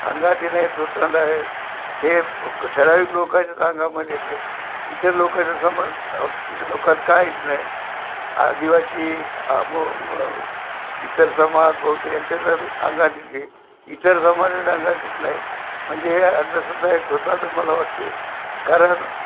अंगात येणं हे थोतांड आहे हे ठराविक लोकांच्याच अंगामध्ये येते इतर लोकांचा समाज लोकात काय येत नाही आदिवासी इतर समाज बौद्ध यांच्यातच अंगात येते इतर समाजाच्या अंगात येत नाही म्हणजे हे अंधश्रद्धा आहे थोतांडच मला वाटते कारण